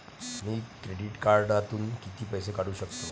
मी credit कार्डातून किती पैसे काढू शकतो?